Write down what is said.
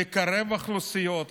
לקרב אוכלוסיות,